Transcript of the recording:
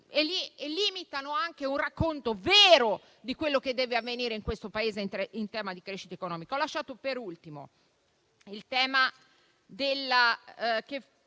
e limitano anche un racconto vero di quello che deve avvenire in questo Paese in tema di crescita economica. Ho lasciato per ultimo il tema che